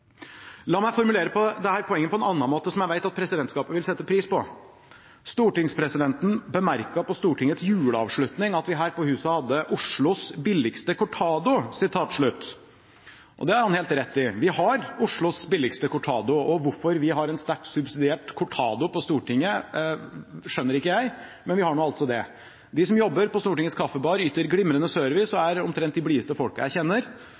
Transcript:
La meg formulere dette poenget på en annen måte, som jeg vet at presidentskapet vil sette pris på. Stortingspresidenten bemerket på Stortingets juleavslutning at vi her på huset hadde Oslos billigste cortado. Det har han helt rett i. Vi har Oslos billigste cortado. Hvorfor vi har en sterkt subsidiert cortado på Stortinget, skjønner ikke jeg, men vi har nå altså det. De som jobber på Stortingets kaffebar, yter glimrende service og er omtrent de blideste folkene jeg kjenner.